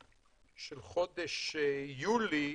של חודש יולי,